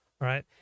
right